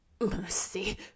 Mercy